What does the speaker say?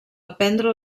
aprendre